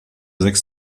sechs